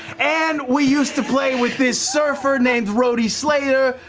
and we used to play with this surfer named rode slater,